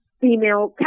female